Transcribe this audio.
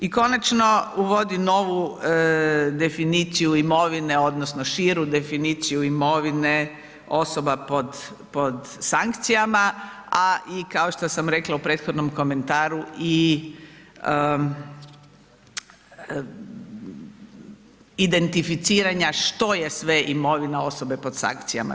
I konačno uvodi novu definiciju imovine, odnosno širu definiciju imovine osoba pod sankcijama a i kao što sam rekla u prethodnom komentaru i identificiranja što je sve imovina osobe pod sankcijama.